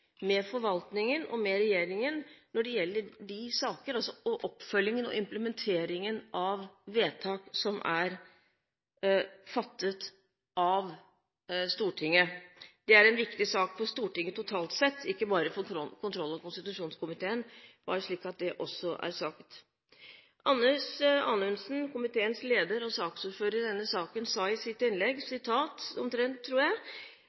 med forvaltningen og med regjeringen – når det gjelder oppfølgingen og implementeringen av vedtak som er fattet av Stortinget. Dette er en viktig sak for Stortinget totalt sett og ikke bare for kontroll- og konstitusjonskomiteen – slik at det også er sagt. Anders Anundsen, komiteens leder og saksordføreren i denne saken, sa i sitt innlegg at komiteen ikke skal være «en arena for politisk spill og skyggeboksing». Det kan jeg